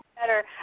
better